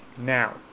Now